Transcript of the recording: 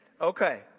Okay